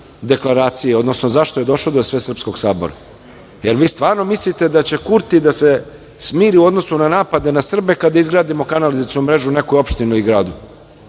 odnosno zašto je došlo do Svesrpskog sabora. Da li vi stvarno mislite da će Kurti da se smiri u odnosu na napade na Srbe kada izgradimo kanalizacionu mrežu u nekoj opštini ili gradu